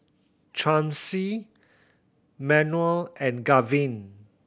Chauncey Manuel and Gavin